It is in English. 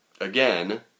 again